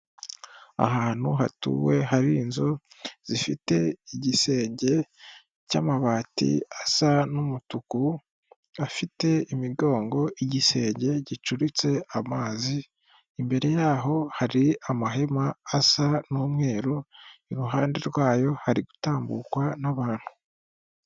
Ahantu hatuwe, hari inzu zifite igisenge cy'amabati asa n'umutuku, afite imigongo, igisenge gicuritse amazi, imbere yaho hari amahema asa n'umweru, iruhande rwayo hari gutambukwa n'abantu.